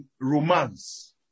romance